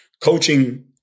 coaching